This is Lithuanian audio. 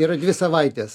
yra dvi savaitės